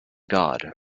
god